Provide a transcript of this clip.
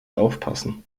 aufpassen